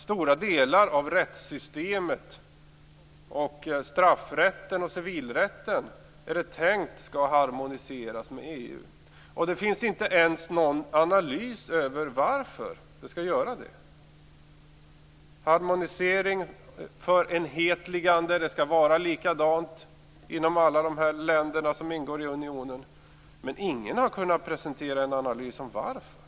Stora delar av rättssystemet, straffrätten och civilrätten skall harmoniseras med EU, är det tänkt. Det finns inte ens någon analys av varför detta skall göras. Det skall vara harmonisering och förenhetligande - likadant i alla länder som ingår i unionen - men ingen har kunnat presentera en analys av varför.